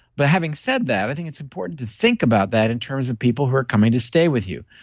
but having said that, i think it's important to think about that in terms of people who are coming to stay with you.